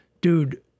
dude